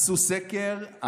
עשו סקר,